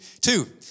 Two